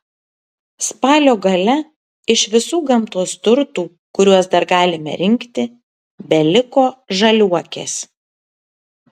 spalio gale iš visų gamtos turtų kuriuos dar galime rinkti beliko žaliuokės